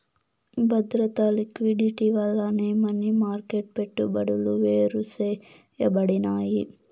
బద్రత, లిక్విడిటీ వల్లనే money market పెట్టుబడులు వేరుసేయబడినాయి